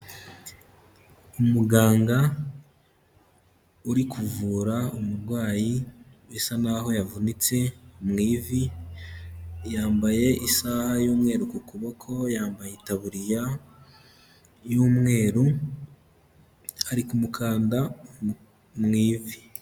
Umuganga uri kuvura umurwayi bisa naho yavunitse mu ivi, yambaye isaha y'umweru ku kuboko, yambaye itaburiya y'umweru, ari kumukanda mu ivi.